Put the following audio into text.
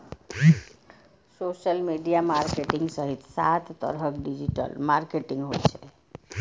social media marketing सहित सात तरहक डिजिटल मार्केटिंग होइ छै